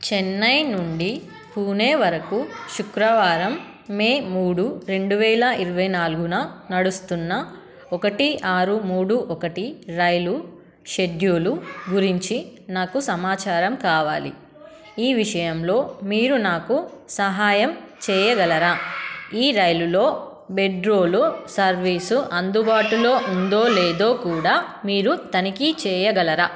చెన్నై నుండి పూణే వరకు శుక్రవారం మే మూడు రెండు వేల ఇరవై నాలుగున నడుస్తున్న ఒకటి ఆరు మూడు ఒకటి రైలు షెడ్యూలు గురించి నాకు సమాచారం కావాలి ఈ విషయంలో మీరు నాకు సహాయం చేయగలరా ఈ రైలులో బెడ్ రోల్ సర్వీసు అందుబాటులో ఉందో లేదో కూడా మీరు తనిఖీ చేయగలరా